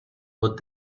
what